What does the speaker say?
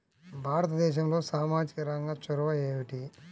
భారతదేశంలో సామాజిక రంగ చొరవ ఏమిటి?